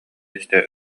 истэ